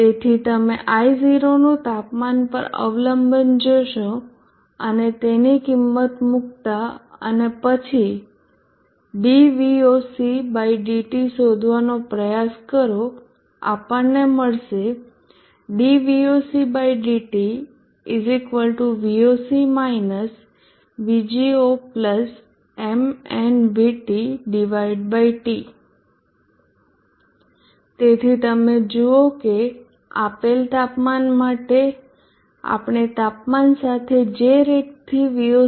તેથી તમે I 0 નું તાપમાન પર અવલંબન જોશો અને એની કિંમત મુકતાં અને પછી dVOCdT શોધવાનો પ્રયાસ કરો આપણને મળશે તેથી તમે જુઓ છો કે આપેલ તાપમાન માટે આપણે તાપમાન સાથે જે રેટથી Voc